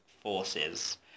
forces